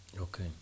Okay